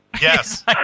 Yes